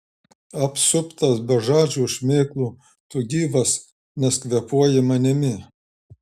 apsuptas bežadžių šmėklų tu gyvas nes kvėpuoji manimi